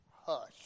hush